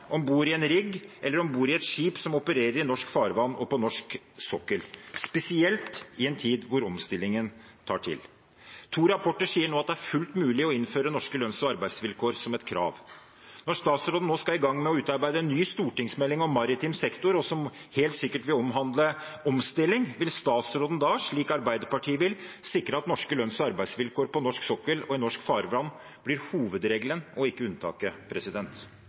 om bord i en rigg eller om bord i et skip som opererer i norsk farvann og på norsk sokkel – spesielt i en tid da omstillingen tar til. To rapporter sier nå at det er fullt mulig å innføre norske lønns- og arbeidsvilkår som et krav. Når statsråden nå skal i gang med å utarbeide en ny stortingsmelding om maritim sektor som helt sikkert vil omhandle omstilling, vil statsråden da – slik Arbeiderpartiet vil – sikre at norske lønns- og arbeidsvilkår på norsk sokkel og i norsk farvann blir hovedregelen og ikke unntaket?